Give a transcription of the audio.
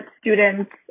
students